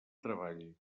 treball